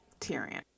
Tyrion